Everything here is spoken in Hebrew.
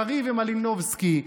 קריב ומלינובסקי,